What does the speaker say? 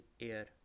air